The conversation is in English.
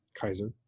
Kaiser